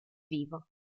vivo